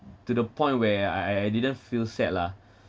to the point where I I I didn't feel sad lah